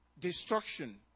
Destruction